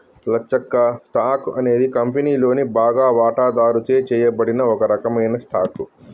లచ్చక్క, stock అనేది కంపెనీలోని బాగా వాటాదారుచే చేయబడిన ఒక రకమైన స్టాక్